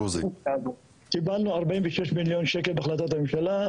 קיבלנו 46 מיליון שקל בהחלטת הממשלה.